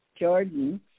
Jordan